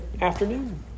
afternoon